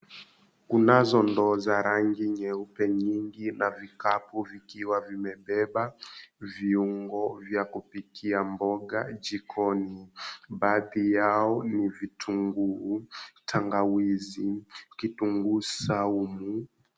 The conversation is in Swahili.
Kunazo ndoo za rangi nyeupe, nyingi na vikapu vikiwa vimebeba viungo vya kupikia mboga jikoni. Baadhi yao ni vitunguu, tangawizi, kitunguu saumu.